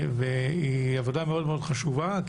היא עבודה מאוד חשובה,